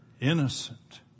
innocent